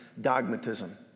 dogmatism